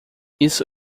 isso